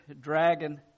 dragon